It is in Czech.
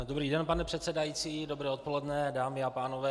Dobrý den, pane předsedající, dobré odpoledne, dámy a pánové.